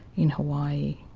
in hawaii,